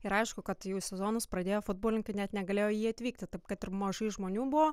ir aišku kad jų sezonus pradėję futbolininkai net negalėjo į jį atvykti taip kad per mažai žmonių buvo